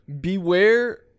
Beware